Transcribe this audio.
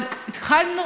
אבל התחלנו